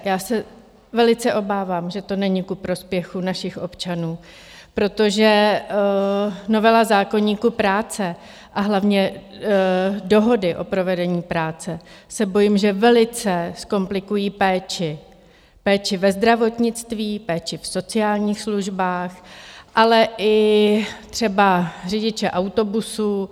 Já se velice obávám, že to není ku prospěchu našich občanů, protože novela zákoníku práce, a hlavně dohody o provedení práce se bojím, že velice zkomplikují péči, péči ve zdravotnictví, péči v sociálních službách, ale i třeba řidiče autobusů.